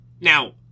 Now